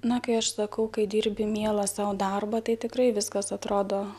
na kai aš sakau kai dirbi mielą sau darbą tai tikrai viskas atrodo